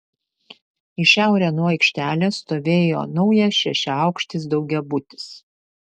į šiaurę nuo aikštelės stovėjo naujas šešiaaukštis daugiabutis